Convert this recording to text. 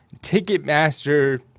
Ticketmaster